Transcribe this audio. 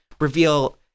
reveal